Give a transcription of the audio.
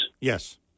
Yes